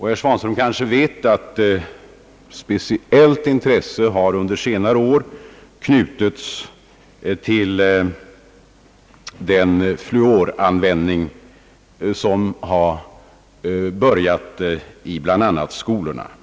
Herr Svanström kanske vet att speciellt intresse under senare år har knutits till den fluoranvändning, som har börjat tillämpas i bl.a. skolorna.